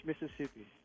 Mississippi